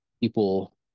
people